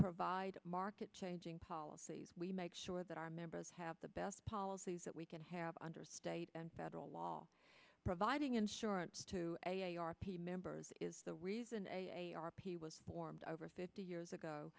provide market changing policies we make sure that our members have the best policies that we can have under state and federal law providing insurance to a a r p members is the reason he was formed over fifty years ago